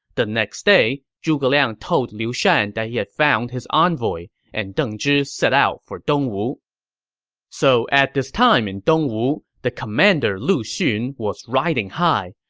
the next day, zhuge liang told liu shan that he had found his envoy, and deng zhi set out for dongwu so at this time in dongwu, the commander lu xun was riding high.